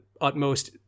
utmost